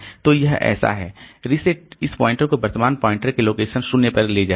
तो यह ऐसा है रीसेट इस पॉइंटर को वर्तमान पॉइंटर के लोकेशन 0 पर ले जाएगा